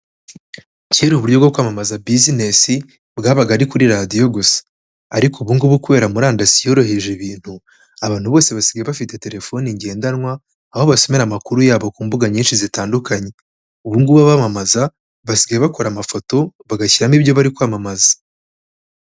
Kera uburyo bwo kwamamaza business bwabaga ari kuri radio gusa, ariko ubu ngubu kubera murandasi yoroheje ibintu, abantu bose basigaye bafite telefone ngendanwa aho basomera amakuru yabo ku mbuga nyinshi zitandukanye. Ubu ngubu abamamaza basigaye bakora amafoto bagashyiramo ibyo bari kwamamaza.